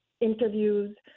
interviews